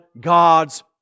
God's